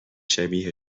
شبیه